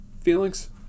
feelings